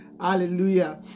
hallelujah